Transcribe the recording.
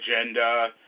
agenda